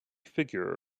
figure